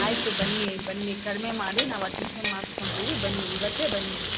ಆಯಿತು ಬನ್ನಿ ಬನ್ನಿ ಕಡಿಮೆ ಮಾಡಿ ನಾವು ಅಡ್ಮಿಷನ್ ಮಾಡ್ಕೊತೀವಿ ಬನ್ನಿ ಇವತ್ತೇ ಬನ್ನಿ